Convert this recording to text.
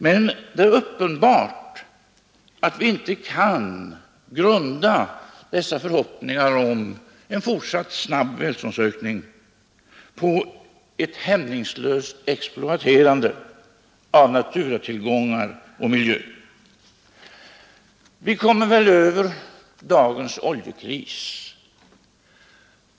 Men det är uppenbart att vi inte kan grunda dessa förhoppningar om en fortsatt snabb välståndsökning på ett hämningslöst exploaterande av naturtillgångar och miljö. Vi kommer väl över dagens oljekris.